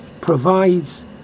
provides